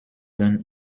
than